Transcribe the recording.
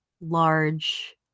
large